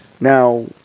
Now